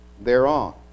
Thereon